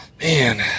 Man